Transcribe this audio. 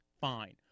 Fine